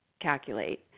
calculate